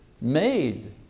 made